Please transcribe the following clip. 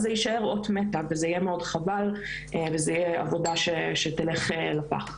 זה יישאר אות מתה וזה יהיה מאוד חבל וזו תהיה עבודה שתלך לפח.